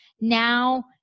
now